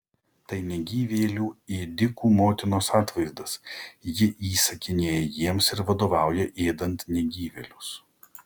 tai negyvėlių ėdikų motinos atvaizdas ji įsakinėja jiems ir vadovauja ėdant negyvėlius